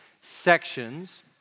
sections